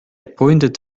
pointed